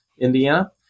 Indiana